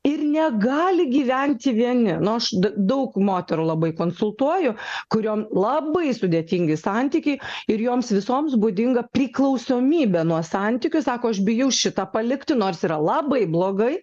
ir negali gyventi vieni nu aš daug moterų labai konsultuoju kuriom labai sudėtingi santykiai ir joms visoms būdinga priklausomybė nuo santykių sako aš bijau šitą palikti nors yra labai blogai